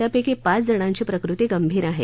त्यापैकी पाच जणांची प्रकृती गंभीर आहे